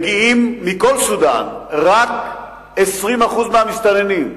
מכל סודן מגיעים רק 20% מהמסתננים.